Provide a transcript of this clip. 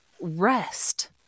rest